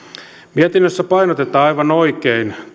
mietinnössä painotetaan aivan oikein